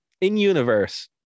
in-universe